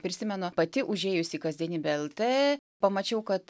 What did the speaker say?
prisimenu pati užėjusi į kasdienybė lt pamačiau kad